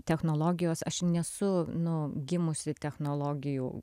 technologijos aš nesu nu gimusi technologijų